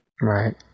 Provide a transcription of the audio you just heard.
Right